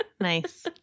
Nice